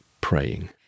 praying